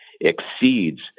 exceeds